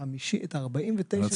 את ה-49.90 האלה?